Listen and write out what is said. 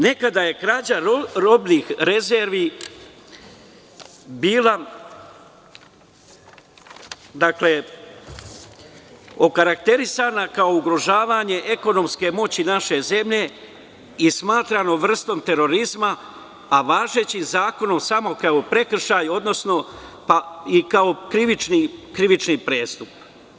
Nekada je krađa robnih rezervi bila okarakterisana kao ugrožavanje ekonomske moći naše zemlje i smatrano vrstom terorizma, a važećim zakonom samo kao prekršaj, pa i kao krivični prestup.